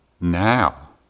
now